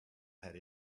had